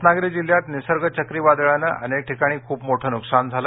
रत्नागिरी जिल्ह्यात निसर्ग चक्रीवादळानं अनेक ठिकाणी खूप मोठं नुकसान झालं